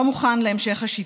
לא מוכן להמשך השיתוק.